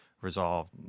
resolved